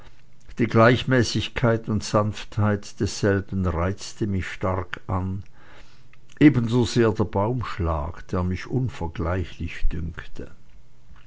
die gleichmäßigkeit und sanftheit desselben reizte mich stark an ebensosehr der baumschlag der mich unvergleichlich dünkte